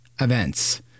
events